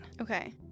Okay